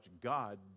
God